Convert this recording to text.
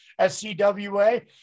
SCWA